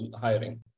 hiring